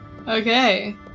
Okay